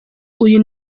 uyu